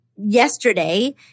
yesterday